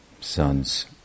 sons